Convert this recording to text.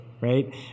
right